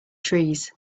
trees